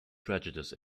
prejudice